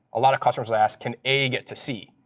a lot of customers ask can a get to c.